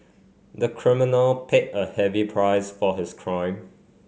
the criminal paid a heavy price for his crime